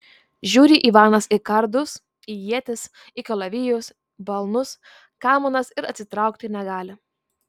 žiūri ivanas į kardus į ietis į kalavijus balnus kamanas ir atsitraukti negali